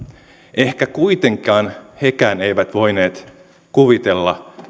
ehkä kuitenkaan hekään eivät voineet kuvitella